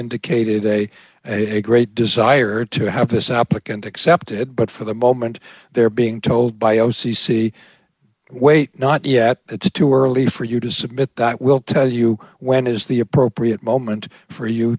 indicated a great desire to have this applicant accepted but for the moment they're being told by o c c wait not yet it's too early for you to submit that will tell you when is the appropriate moment for you